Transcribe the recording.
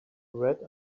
red